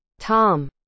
Tom